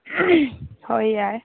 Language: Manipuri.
ꯍꯣꯏ ꯌꯥꯏ